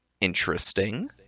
interesting